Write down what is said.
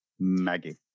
Maggie